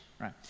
right